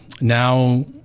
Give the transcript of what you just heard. Now